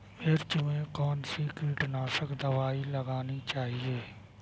मिर्च में कौन सी कीटनाशक दबाई लगानी चाहिए?